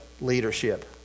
leadership